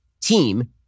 team